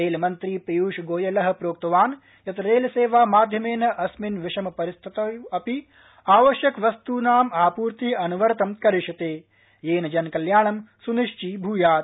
रेलमन्त्री पीयूष गोयलः प्रोक्तवान् यत् रेलसेवामाध्यमेन अस्यां विषम परिस्थितौ अपि आवश्यक वस्तूनाम् आपूर्तिः अनवरत करिष्यते येन जनकल्याणं स्निश्चीभूयात्